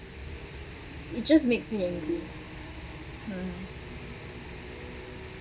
it just makes me angry